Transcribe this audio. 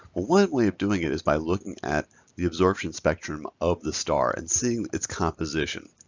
one way of doing it is by looking at the absorption spectrum of the star and seeing its composition.